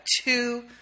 two